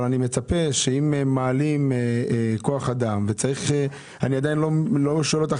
אבל אני מצפה שאם מגדילים את כוח האדם אני עדיין לא שואל אותך